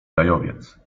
gajowiec